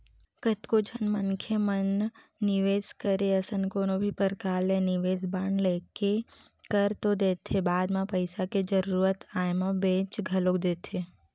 कतको झन मनखे मन निवेस करे असन कोनो भी परकार ले निवेस बांड लेके कर तो देथे बाद म पइसा के जरुरत आय म बेंच घलोक देथे